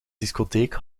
discotheek